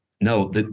no